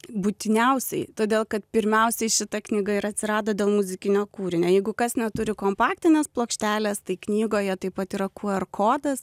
būtiniausiai todėl kad pirmiausiai šita knyga ir atsirado dėl muzikinio kūrinio jeigu kas neturi kompaktinės plokštelės tai knygoje taip pat yra qr kodas